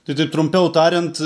tai taip trumpiau tariant